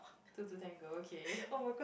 two to tango okay